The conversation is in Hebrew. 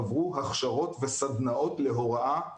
עברו הכשרות וסדנאות להוראה בזום.